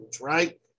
right